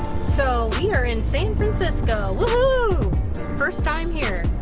so here in san francisco whoo first time here